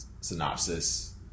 synopsis